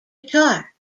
guitar